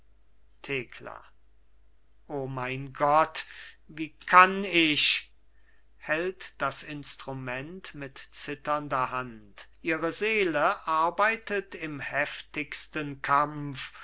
thekla o mein gott wie kann ich hält das instrument mit zitternder hand ihre seele arbeitet im heftigsten kampf